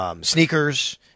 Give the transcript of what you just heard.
sneakers